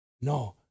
No